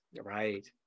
Right